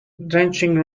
drenching